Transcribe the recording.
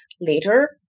later